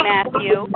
Matthew